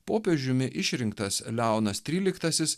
popiežiumi išrinktas leonas tryliktasis